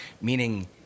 Meaning